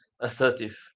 assertive